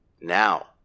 Now